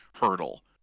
hurdle